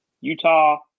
Utah